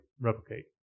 replicate